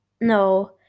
No